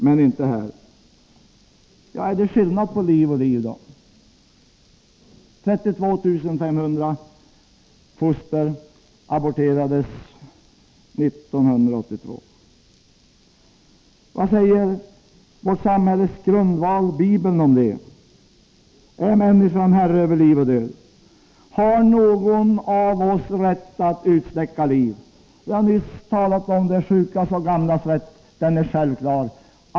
Men inte här.” Jag frågar: Är det då skillnad på liv och liv? 32 500 foster aborterades 1982. Vad säger vårt samhälles grundval, Bibeln, om det? Är människan herre över liv och död? Har någon av oss rätt att utsläcka liv? Vi har nyss talat om de sjukas och gamlas rätt, den är självklar.